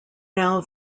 now